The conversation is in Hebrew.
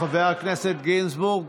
חבר הכנסת גינזבורג,